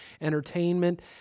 entertainment